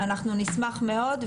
אנחנו נשמח מאוד,